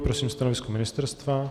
Prosím stanovisko ministerstva.